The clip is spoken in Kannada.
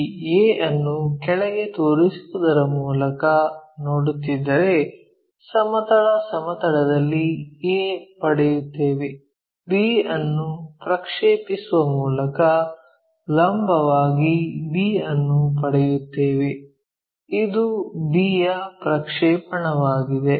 ಈ A ಅನ್ನು ಕೆಳಗೆ ತೋರಿಸುವುದರ ಮೂಲಕ ನೋಡುತ್ತಿದ್ದರೆ ಸಮತಲ ಸಮತಲದಲ್ಲಿ a ಪಡೆಯುತ್ತೇವೆ B ಅನ್ನು ಪ್ರಕ್ಷೇಪಿಸುವ ಮೂಲಕ ಲಂಬವಾಗಿ b ಅನ್ನು ಪಡೆಯುತ್ತೇವೆ ಇದು B ಯ ಪ್ರಕ್ಷೇಪಣವಾಗಿದೆ